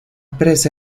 presa